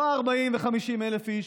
לא 40,000 ו-50,000 איש,